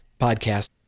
podcast